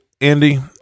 andy